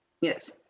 Yes